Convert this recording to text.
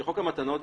שחוק המתנות,